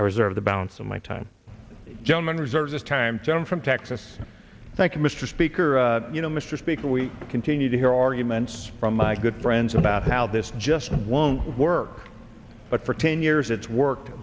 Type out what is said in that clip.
i reserve the balance of my time german reserves this time john from texas thank you mr speaker you know mr speaker we continue to hear arguments from my good friends about how this just won't work but for ten years it's worked